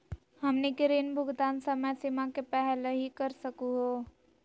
हमनी के ऋण भुगतान समय सीमा के पहलही कर सकू हो?